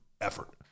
effort